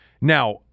Now